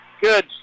Good